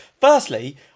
Firstly